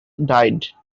died